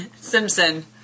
Simpson